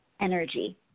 energy